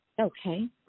Okay